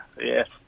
yes